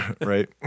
Right